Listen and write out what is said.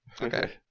Okay